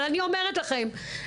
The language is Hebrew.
אבל אני אומרת לכם,